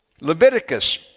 Leviticus